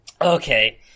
okay